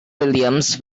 williams